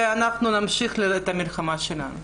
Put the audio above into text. ואנחנו נמשיך את המלחמה שלנו.